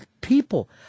people